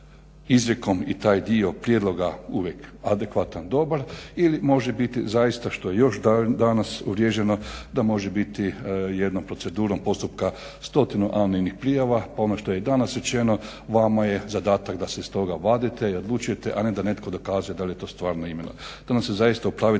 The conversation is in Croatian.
izrijekom i taj dio prijedloga uvijek adekvatan, dobar ili može biti zaista što je još danas uvriježeno da može biti jednom procedurom postupka stotinu anonimnih prijava, ono što je i danas rečeno vama je zadatak da se iz toga vadite i odlučujete, a ne da netko dokazuje da li je to stvarno imenuje. To nam se zaista upravitelji